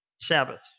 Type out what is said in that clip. Sabbath